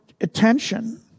attention